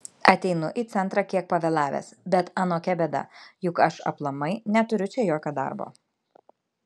ateinu į centrą kiek pavėlavęs bet anokia bėda juk aš aplamai neturiu čia jokio darbo